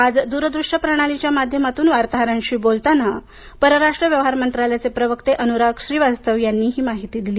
आज दूरदृश्य प्रणालीच्या माध्यमातून वार्ताहरांशी बोलताना परराष्ट्र व्यवहार मंत्रालयाचे प्रवक्ते अनुराग श्रीवास्तव यांनी ही माहिती दिली